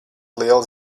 liels